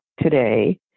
today